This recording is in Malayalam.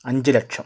അഞ്ച് ലക്ഷം